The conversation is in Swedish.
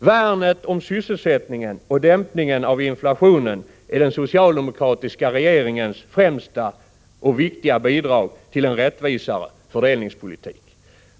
Värnet om sysselsättningen och dämpningen av inflationen är den socialdemokratiska regeringens främsta och viktiga bidrag till en rättvisare fördelningspolitik.